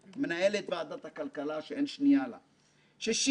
לאה ורון ניהלה את הוועדה במקצועיות ובמסירות אין קץ,